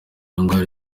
ndwara